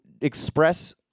express